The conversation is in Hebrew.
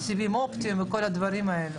סיבים אופטיים וכל הדברים האלה.